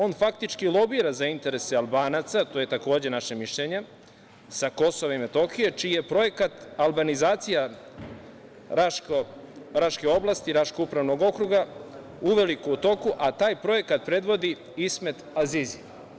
On faktički lobira za interese Albanaca, to je takođe naše mišljenje, sa Kosova i Metohije, čiji je projekat albanizacija Raške oblasti, Raškog upravnog okruga, uveliko u toku, a taj projekat predvodi Ismet Azizi.